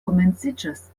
komenciĝas